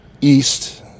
East